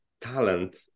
talent